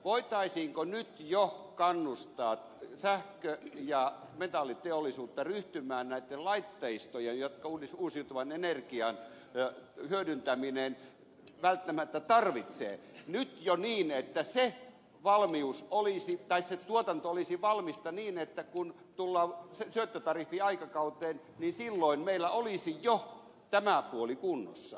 voitaisiinko nyt jo kannustaa sähkö ja metalliteollisuutta ryhtymään näitten laitteistojen valmistukseen jotka uusiutuvan energian hyödyntäminen välttämättä tarvitsee nyt jo niin että se tuotanto olisi valmista niin että kun tullaan syöttötariffiaikakauteen silloin meillä olisi jo tämä puoli kunnossa